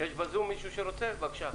בבקשה.